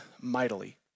mightily